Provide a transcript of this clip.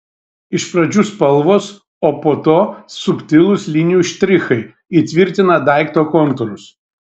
iš pradžių spalvos o po to subtilūs linijų štrichai įtvirtina daikto kontūrus